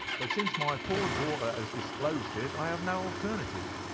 but since my poor daughter has disclosed it i have no alternative.